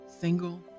single